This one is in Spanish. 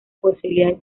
posibilidad